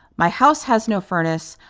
my house has no furnace.